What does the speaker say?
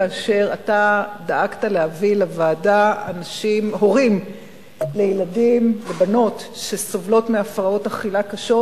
כאשר אתה דאגת להביא לוועדה הורים לבנות שסובלות מהפרעות אכילה קשות,